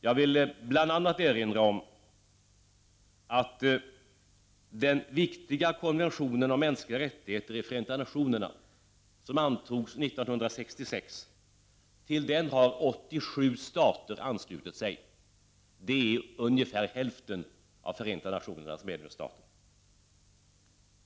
Jag vill bl.a. erinra om att till den viktiga konventionen om mänskliga rättigheter i Förenta nationerna som antogs 1966 har 87 stater anslutit sig — ungefär hälften av Förenta nationernas medlemsstater.